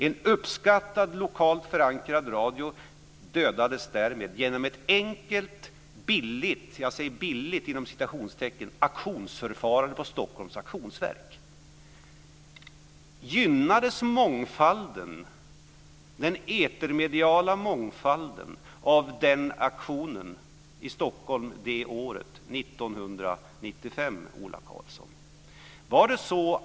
En uppskattad, lokalt förankrad, radiostation dödades därmed genom ett enkelt och "billigt" auktionsförfarande på Stockholms Auktionsverk. Gynnades den etermediala mångfalden av den auktionen i Stockholm 1995, Ola Karlsson?